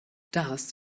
das